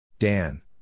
Dan